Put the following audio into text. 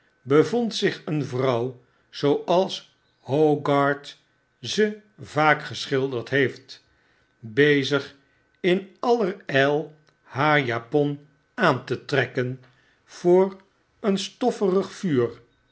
beyond zich een vrouw zooals hogarth ze vaak geschilderd heeft bezig in alleryl haar japon aan te trekken voor een stofferig vuur